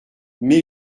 mais